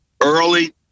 Early